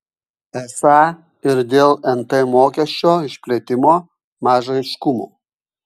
esą ir dėl nt mokesčio išplėtimo maža aiškumo